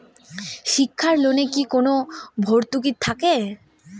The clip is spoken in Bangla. শিক্ষার লোনে কি কোনো ভরতুকি থাকে?